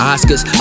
Oscars